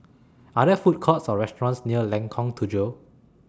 Are There Food Courts Or restaurants near Lengkong Tujuh